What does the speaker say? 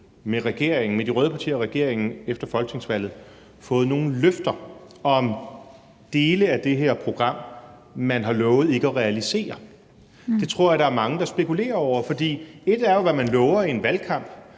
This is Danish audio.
mellem de røde partier og regeringen efter folketingsvalget, har fået nogen løfter om, er blevet lovet, at man ikke vil realisere dele af det her program. Det tror jeg der er mange der spekulerer over. For ét er jo, hvad man lover i en valgkamp,